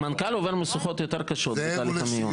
מנכ"ל עובר משוכות יותר קשות בתהליך המינוי.